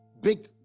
big